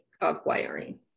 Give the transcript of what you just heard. acquiring